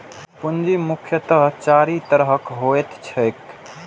पूंजी मुख्यतः चारि तरहक होइत छैक